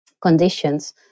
conditions